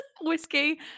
whiskey